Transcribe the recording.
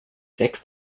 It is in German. sechs